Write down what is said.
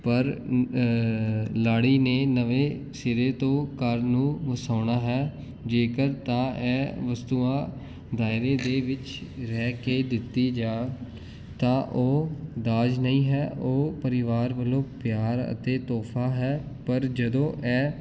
ਪਰ ਲਾੜੀ ਨੇ ਨਵੇਂ ਸਿਰੇ ਤੋਂ ਘਰ ਨੂੰ ਵਸਾਉਣਾ ਹੈ ਜੇਕਰ ਤਾਂ ਇਹ ਵਸਤੂਆਂ ਦਾਇਰੇ ਦੇ ਵਿੱਚ ਰਹਿ ਕੇ ਦਿੱਤੀ ਜਾ ਤਾਂ ਉਹ ਦਾਜ ਨਹੀਂ ਹੈ ਉਹ ਪਰਿਵਾਰ ਵੱਲੋਂ ਪਿਆਰ ਅਤੇ ਤੋਹਫ਼ਾ ਹੈ ਪਰ ਜਦੋਂ ਇਹ